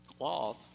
cloth